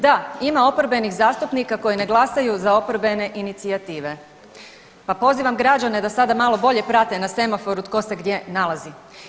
Da, ima oporbenih zastupnika koji ne glasaju za oporbene inicijative, pa pozivam građane da sada malo bolje prate na semaforu tko se gdje nalazi.